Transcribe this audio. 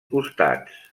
costats